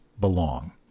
belong